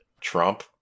Trump